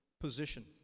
position